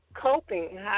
coping